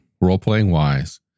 role-playing-wise